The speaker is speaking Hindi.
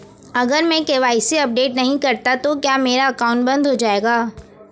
अगर मैं के.वाई.सी अपडेट नहीं करता तो क्या मेरा अकाउंट बंद हो जाएगा?